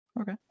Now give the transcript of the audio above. Okay